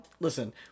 Listen